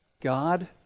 God